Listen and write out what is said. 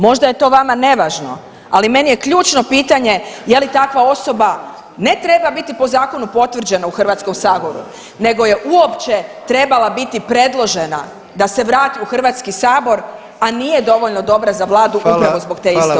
Možda je to vama nevažno, ali meni je ključno pitanje je li takva osoba ne treba biti po zakonu potvrđena u Hrvatskom saboru nego je uopće trebala biti predložena da se vrati u Hrvatski sabor, a nije dovoljno dobra za vladu upravo zbog te iste optužnice.